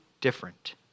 different